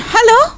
Hello